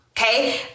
Okay